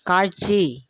காட்சி